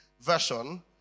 version